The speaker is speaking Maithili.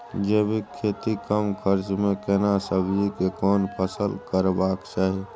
जैविक खेती कम खर्च में केना सब्जी के कोन फसल करबाक चाही?